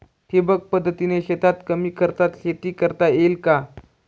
ठिबक पद्धतीने शेतात कमी खर्चात शेती करता येईल का?